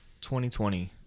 2020